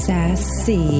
Sassy